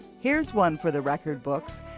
here is one for the record books.